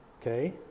Okay